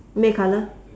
me colour